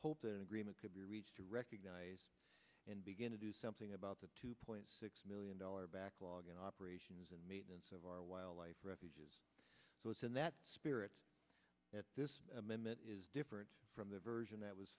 hope that an agreement could be reached to recognize and begin to do something about the two point six million dollars backlog in operations and maintenance of our wildlife refuges so it's in that spirit that this amendment is different from the version that was